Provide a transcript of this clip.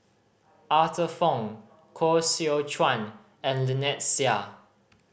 Arthur Fong Koh Seow Chuan and Lynnette Seah